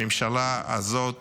הממשלה הזאת